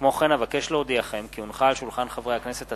זבולון אורלב ומנחם אליעזר מוזס,